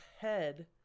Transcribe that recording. head